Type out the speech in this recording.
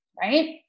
right